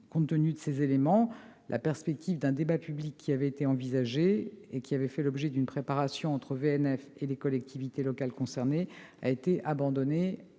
Dans ces conditions, la perspective d'un débat public, initialement envisagé et qui avait fait l'objet d'une préparation entre VNF et les collectivités locales concernées, a été abandonnée